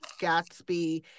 Gatsby